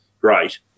great